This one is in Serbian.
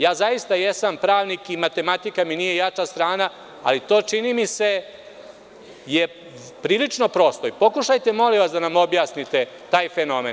Ja zaista jesam pravnik i matematika mi nije jača strana, ali to, čini mi se, je prilično prosto i pokušajte, molim vas, da nam objasnite taj fenomen.